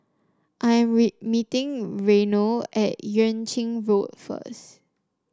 I am meeting Reino at Yuan Ching Road first